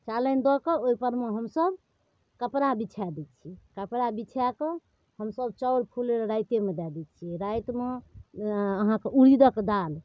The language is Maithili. चालनि दऽ कऽ ओहिपरमे हमसभ कपड़ा बिछा दै छिए कपड़ा बिछाकऽ हमसभ चाउर फुलैलए रातिएमे दऽ दै छिए रातिमे अहाँके उड़िदके दालि